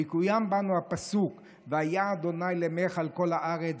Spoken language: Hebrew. ויקוים בנו הפסוק: "והיה ה' למלך על כל הארץ,